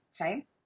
okay